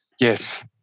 Yes